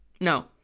No